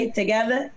together